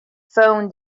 phone